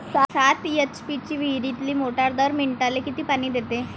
सात एच.पी ची विहिरीतली मोटार दर मिनटाले किती पानी देते?